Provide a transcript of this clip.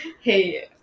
Hey